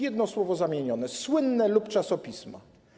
Jedno słowo zamienione jak słynne „lub czasopisma”